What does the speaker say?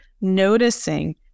noticing